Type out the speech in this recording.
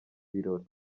birori